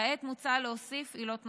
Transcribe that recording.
כעת מוצע להוסיף עילות נוספות: